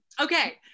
okay